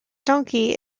donkey